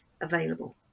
available